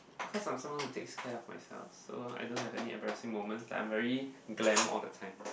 cause I'm someone to take care of myself so I don't have any embarrassing moment like I'm very glam all the times